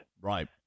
Right